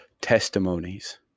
testimonies